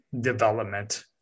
development